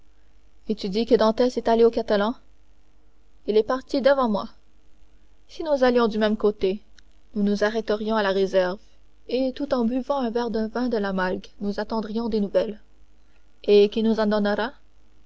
et tu dis que dantès est allé aux catalans il est parti devant moi si nous allions du même côté nous nous arrêterions à la réserve et tout en buvant un verre de vin de la malgue nous attendrions des nouvelles et qui nous en donnera